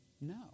no